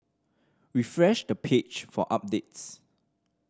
refresh the page for updates